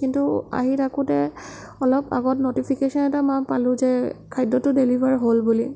কিন্তু আহি থাকোঁতে অলপ আগত নটিফিকেশ্যন এটা মই পালোঁ যে খাদ্যটো ডেলিভাৰ হ'ল বুলি